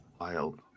Wild